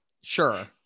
sure